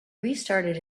restarted